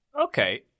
okay